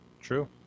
true